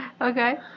Okay